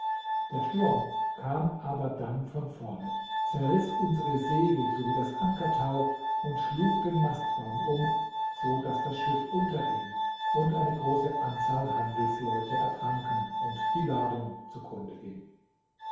der sturm kam aber dann von vorne zerriß unsere segel sowie das ankertau und schlug den mastbaum um so daß das schiff unterging und eine große anzahl handelsleute ertranken und die ladung zugrunde ging